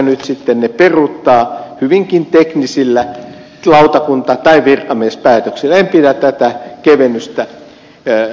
nyt sitten ne voidaan peruuttaa hyvinkin teknisillä lautakunta tai virkamiespäätöksillä kyllä tätä näkemystä ja